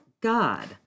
God